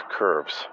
curves